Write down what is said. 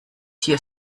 hier